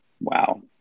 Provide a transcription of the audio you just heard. Wow